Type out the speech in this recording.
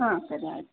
ಹಾಂ ಸರಿ ಆಯಿತು